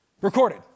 Recorded